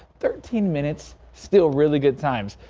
thirteen minutes, still really good times.